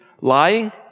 lying